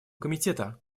комитета